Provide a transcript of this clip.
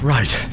Right